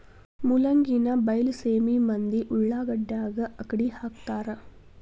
ಮೂಲಂಗಿನಾ ಬೈಲಸೇಮಿ ಮಂದಿ ಉಳಾಗಡ್ಯಾಗ ಅಕ್ಡಿಹಾಕತಾರ